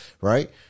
right